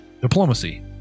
Diplomacy